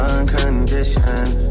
Unconditioned